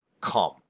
come